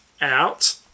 out